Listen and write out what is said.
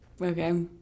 Okay